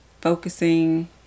focusing